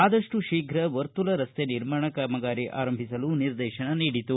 ಆದಪ್ಟು ಶೀಘ ವರ್ತುಲ ರಸ್ತೆ ನಿರ್ಮಾಣ ಕಾಮಗಾರಿ ಆರಂಭಿಸಲು ನಿರ್ದೇಶನ ನೀಡಿತು